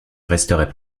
resterai